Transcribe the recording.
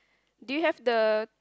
do you have the